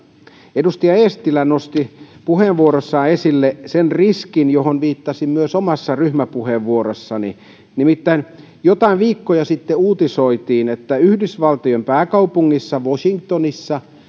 edustaja eestilä nosti puheenvuorossaan esille sen riskin johon viittasin myös omassa ryhmäpuheenvuorossani nimittäin joitain viikkoja sitten uutisoitiin että yhdysvaltain pääkaupungissa washingtonissa